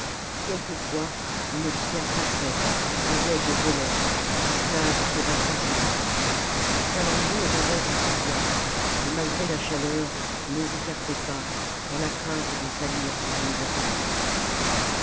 qjlielquefois une vipère passait des aigles volaient l'esclave courait toujours salammbô rêvait sous ses voiles et malgré la chaleur ne les écartait pas dans la crainte de salir ses beaux vêtements